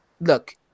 Look